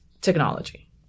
technology